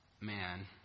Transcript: man